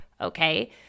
okay